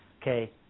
Okay